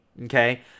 okay